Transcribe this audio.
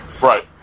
Right